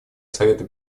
совета